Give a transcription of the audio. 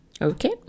Okay